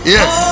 Yes